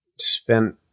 spent